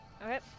Okay